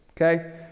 okay